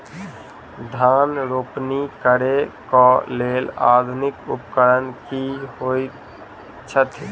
धान रोपनी करै कऽ लेल आधुनिक उपकरण की होइ छथि?